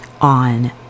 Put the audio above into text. on